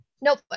Nope